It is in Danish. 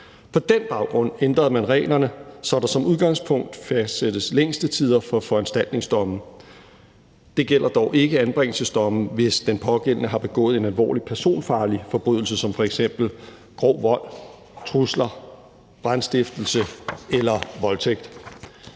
På den baggrund ændrede man reglerne, så der som udgangspunkt fastsættes længstetider for foranstaltningsdomme. Det gælder dog ikke anbringelsesdomme, hvis den pågældende har begået en alvorlig personfarlig forbrydelse som f.eks. grov vold, trusler, brandstiftelse eller voldtægt.